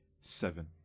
seven